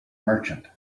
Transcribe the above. merchant